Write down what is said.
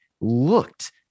looked